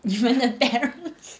你们的 parents